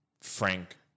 Frank